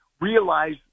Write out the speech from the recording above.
Realize